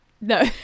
no